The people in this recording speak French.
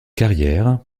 carrières